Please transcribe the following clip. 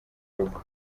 rugo